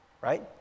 Right